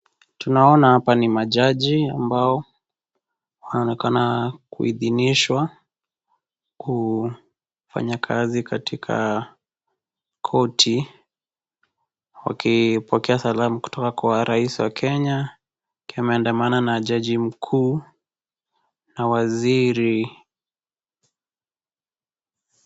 Tunaona hapa ni majaji ambao wanonekana kuhidhinishwa, kufanya kazi katika koti, wakipokea salamu kutoka kwa rais wa Kenya, akiwa ameandamana na jaji mkuu, na waziri.